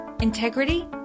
integrity